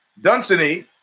Dunsany